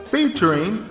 Featuring